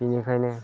बेनिखायनो